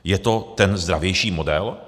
Je to ten zdravější model?